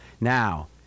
Now